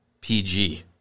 PG